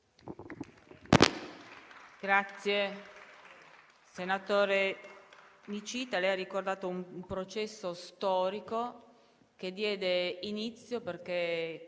Grazie, senatore Nicita, per aver ricordato un processo storico a cui diede inizio, perché